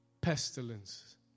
pestilence